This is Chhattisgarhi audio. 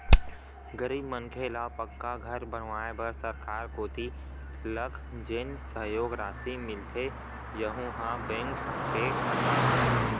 गरीब मनखे ल पक्का घर बनवाए बर सरकार कोती लक जेन सहयोग रासि मिलथे यहूँ ह बेंक के खाता म आथे